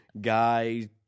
guy